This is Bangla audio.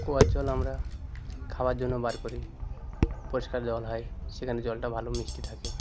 কুয়ার জল আমরা খাওয়ার জন্য বার করি পরিষ্কার জল হয় সেখানে জলটা ভালো মিষ্টি থাকে